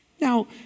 Now